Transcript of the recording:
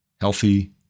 healthy